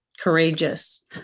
courageous